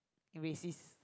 you racist